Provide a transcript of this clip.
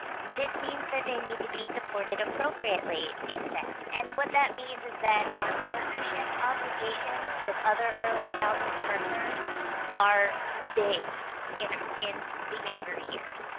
this means that they need to be supported appropriately in them, and what that means is that our partnership obligations with other early childhood partners are big in in the younger years.